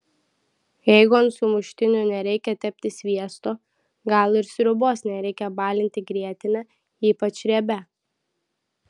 jeigu ant sumuštinių nereikia tepti sviesto gal ir sriubos nereikia balinti grietine ypač riebia